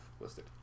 listed